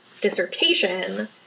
dissertation